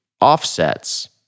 offsets